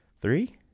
three